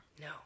No